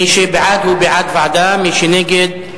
מי שבעד, הוא בעד ועדה, מי שנגד,